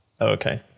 Okay